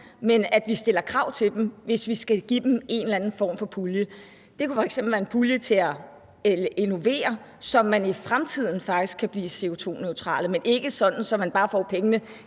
men at vi stiller krav til dem, hvis vi skal give dem en eller anden form for pulje. Det kunne f.eks. være en pulje til at innovere, så man i fremtiden faktisk kan blive CO2-neutrale, men ikke sådan at man bare får pengene